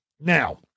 Now